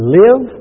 live